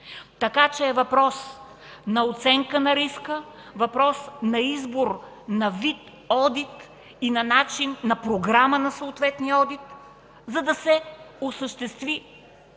Така че е въпрос на оценка на риска, въпрос на избор, на вид одит, на програма на съответния одит, за да се осъществи